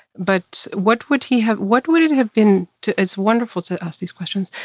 but what would he have. what would it have been to. it's wonderful to ask these questions.